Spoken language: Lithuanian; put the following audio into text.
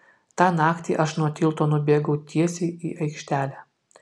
tą naktį aš nuo tilto nubėgau tiesiai į aikštelę